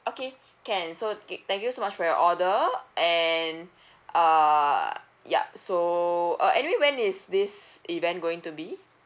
okay can so thank you so much for your order and err yup so uh anyway when is this event going to be